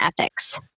ethics